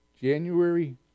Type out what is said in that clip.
January